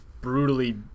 brutally